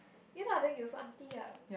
ya lah then you also auntie ah